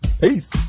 Peace